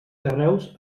carreus